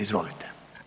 Izvolite.